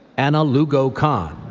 anna lugo-khan,